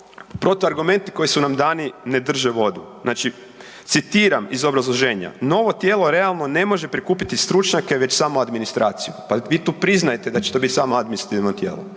protuargumenti koji su nam dani ne drže vodu. Znači, citiram iz obrazloženja „novo tijelo realno ne može prikupiti stručnjake već samo administraciju“, pa vi tu priznajete da će to biti samo administrativno tijelo.